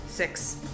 Six